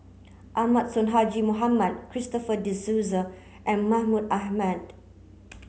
Ahmad Sonhadji Mohamad Christopher De Souza and Mahmud Ahmad